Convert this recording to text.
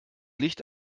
licht